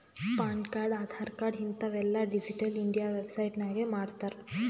PAN card, Aadhaar card ಹಿಂತಾವ್ ಎಲ್ಲಾ digital India website ನಾಗೆ ಮಾಡ್ತಾರ್